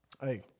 hey